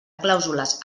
clàusules